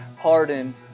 pardon